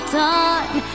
time